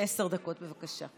סונדוס סאלח, בבקשה.